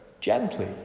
gently